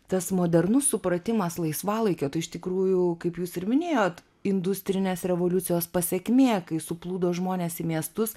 tas modernus supratimas laisvalaikio tai iš tikrųjų kaip jūs ir minėjot industrinės revoliucijos pasekmė kai suplūdo žmonės į miestus